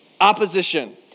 Opposition